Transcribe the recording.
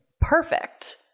perfect